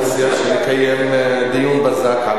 אני מציע שנקיים דיון בזק על העניין הזה.